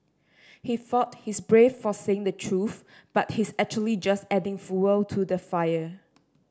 he thought he's brave for saying the truth but he's actually just adding fuel to the fire